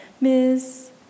Miss